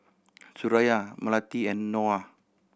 Suraya Melati and Noah